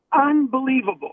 Unbelievable